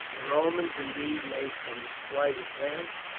the romans indeed made some slight advance,